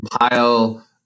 compile